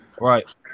Right